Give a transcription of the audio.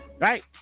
Right